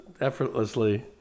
effortlessly